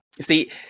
See